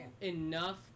enough